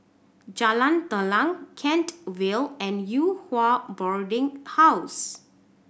Jalan Telang Kent Vale and Yew Hua Boarding House